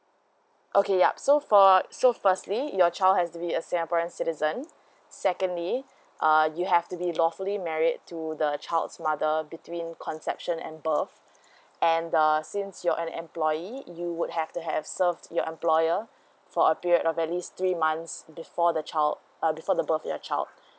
okay yup so for so firstly your child has to be a singaporean citizens secondly uh you have to be lawfully married to the child's mother between conception ample and err since you're an employee you would have to have served to your employer for a period of at least three months before the child uh before the birth of your child